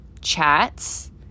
chats